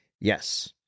yes